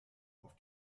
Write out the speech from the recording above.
auf